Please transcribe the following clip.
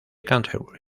canterbury